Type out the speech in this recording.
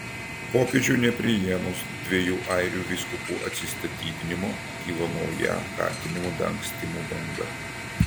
popiežiui nepriėmus dviejų airių vyskupų atsistatydinimo kilo nauja kaltinimų dangstymu banga